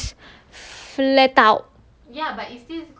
mm mine is flat out